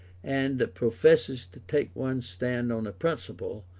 and professes to take one's stand on a principle,